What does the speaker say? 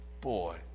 boy